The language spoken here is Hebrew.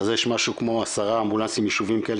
אז יש משהו כמו עשרה אמבולנסים יישוביים כאלה